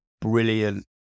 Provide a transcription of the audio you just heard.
brilliant